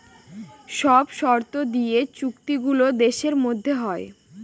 সব শর্ত দিয়ে চুক্তি গুলো দেশের মধ্যে হয়